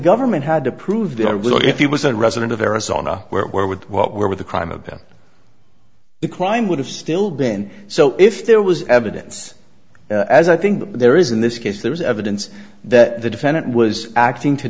government had to prove they are little if he was a resident of arizona where with what were the crime about the crime would have still been so if there was evidence as i think there is in this case there was evidence that the defendant was acting to